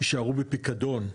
יישארו בפיקדון,